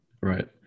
Right